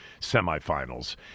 semifinals